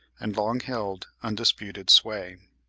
and long held undisputed sway.